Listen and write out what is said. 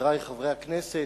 חברי חברי הכנסת,